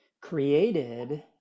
created